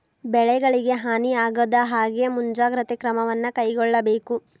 ಬೆಳೆಗಳಿಗೆ ಹಾನಿ ಆಗದಹಾಗೆ ಮುಂಜಾಗ್ರತೆ ಕ್ರಮವನ್ನು ಕೈಗೊಳ್ಳಬೇಕು